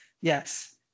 yes